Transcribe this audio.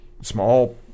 small